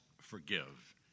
forgive